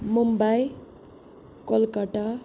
Mumbai Kolkata